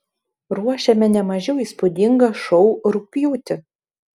ruošiame ne mažiau įspūdingą šou rugpjūtį